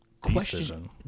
question